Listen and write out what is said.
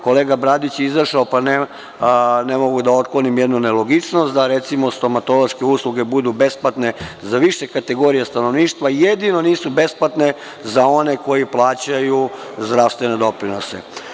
Kolega Bradić je izašao, pa ne mogu da otklonim jednu nelogičnost, recimo, da stomatološke usluge budu besplatne za više kategorija stanovništva, jedino nisu besplatne za one koji plaćaju zdravstvene doprinose.